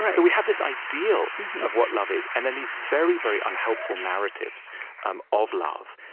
so we have this ideal of what love is and then these very, very unhelpful narratives um of love.